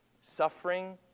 suffering